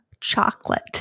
chocolate